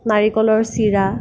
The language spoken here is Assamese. নাৰিকলৰ চিৰা